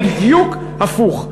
בדיוק הפוך.